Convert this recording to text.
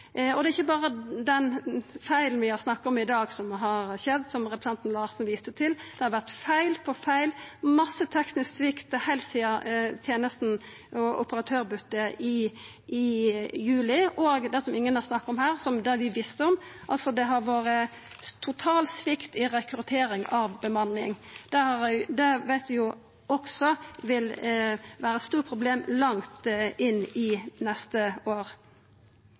Det er ikkje berre den feilen vi har snakka om i dag, som har skjedd, som representanten Larsen viste til. Det har vore feil på feil og masse teknisk svikt heilt sidan operatørbytet i juli, òg det ingen har snakka om her, som vi visste om: at det har vore total svikt i rekruttering av bemanning. Det veit vi også vil vera eit stort problem langt inn i neste år.